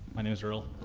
my name is earl.